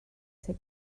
ser